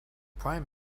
prime